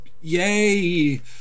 yay